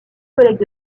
collègues